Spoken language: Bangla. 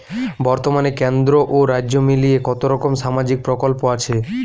বতর্মানে কেন্দ্র ও রাজ্য মিলিয়ে কতরকম সামাজিক প্রকল্প আছে?